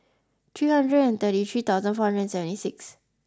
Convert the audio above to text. three hundred and thirty three thousand four hundred and seventy six